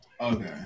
Okay